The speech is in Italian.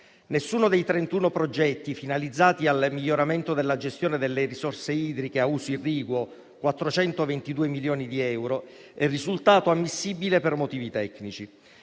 Nessuno dei 31 progetti finalizzati al miglioramento della gestione delle risorse idriche a uso irriguo (per 422 milioni di euro) è risultato ammissibile per motivi tecnici.